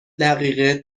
دقیقه